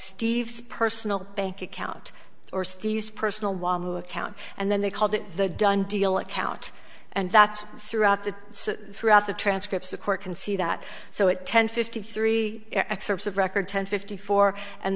steve's personal bank account or steve's personal account and then they called it the done deal account and that's throughout the throughout the transcripts the court can see that so at ten fifty three excerpts of record ten fifty four and